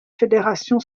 fédération